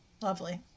Lovely